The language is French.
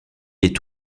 est